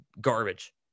garbage